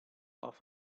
off